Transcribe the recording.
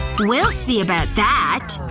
we'll see about that,